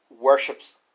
worships